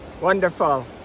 Wonderful